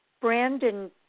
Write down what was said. Brandon